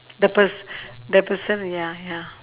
the pers~ the person ya ya